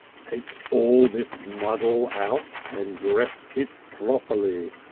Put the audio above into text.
take all this muddle out and dress it properly.